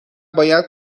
باید